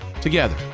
together